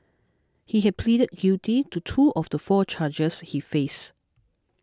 he had pleaded guilty to two of the four charges he faced